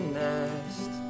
nest